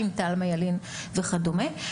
תלמה ילין וכדומה.